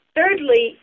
Thirdly